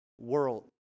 world